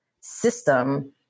system